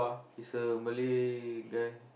he's a Malay guy